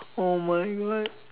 oh my god